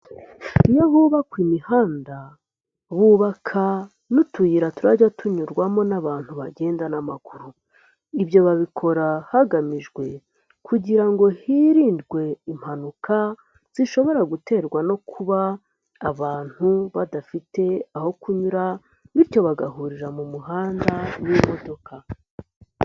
Iyo bubakwa imihanda bubaka n'utuyira turajya tunyurwamo n'abantu bagenda n'amaguru, ibyo babikora hagamijwe kugira ngo hirindwe impanuka, zishobora guterwa no kuba abantu badafite aho kunyura bityo bagahurira mu muhanda n'imodoka.